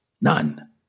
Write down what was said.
None